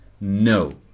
No